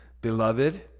Beloved